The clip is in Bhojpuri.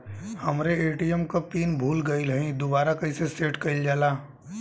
हमरे ए.टी.एम क पिन भूला गईलह दुबारा कईसे सेट कइलजाला?